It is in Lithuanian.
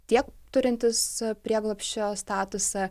tiek turintys prieglobsčio statusą